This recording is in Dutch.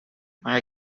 maar